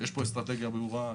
אסטרטגיה ברורה,